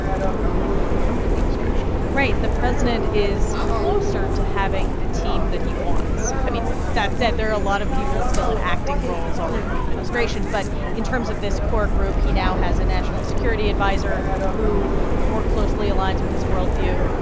no longer work in the trump administration right. the president is closer to having the team that he wants. i mean, that said, there are a lot of people still in acting roles all over the administration. but in terms of this core group, he now has a national security adviser who more closely aligns with his worldview,